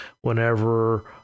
whenever